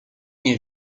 nie